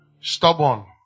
stubborn